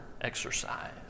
exercise